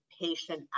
patient